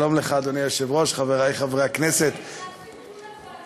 התשע"ו 2016, של חבר הכנסת יואל חסון.